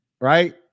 right